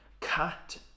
Cut